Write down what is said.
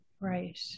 Right